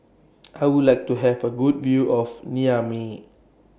I Would like to Have A Good View of Niamey